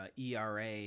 ERA